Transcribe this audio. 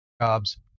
jobs